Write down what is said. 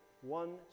One